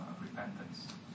repentance